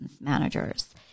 managers